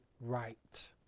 right